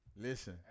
Listen